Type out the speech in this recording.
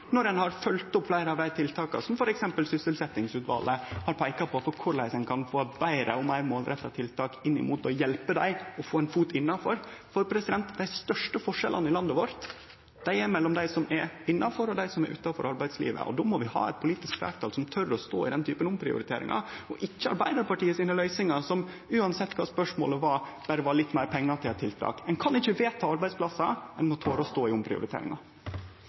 når ein har følgd opp fleire av dei tiltaka som f.eks. sysselsetjingsutvalet har peikt på, for korleis ein kan få betre og meir målretta tiltak når det gjeld å hjelpe dei med å få ein fot innanfor. Dei største forskjellane i landet vårt er mellom dei som er innanfor og dei som er utanfor arbeidslivet. Då må vi ha eit politisk fleirtal som tør å stå i den typen omprioriteringar, ikkje løysingane til Arbeidarpartiet, som, uansett kva spørsmålet var, berre er litt meir pengar til eit tiltak. Ein kan ikkje vedta arbeidsplassar. Ein må tore å stå i